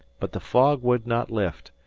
but the fog would not lift,